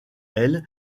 elle